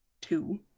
two